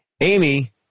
Amy